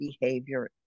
behavior